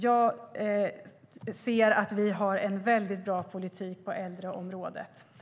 Jag ser att vi har en väldigt bra politik på äldreområdet.